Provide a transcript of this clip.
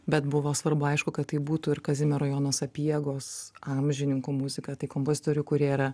bet buvo svarbu aišku kad tai būtų ir kazimiero jono sapiegos amžininkų muzika tai kompozitorių kurie yra